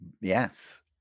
Yes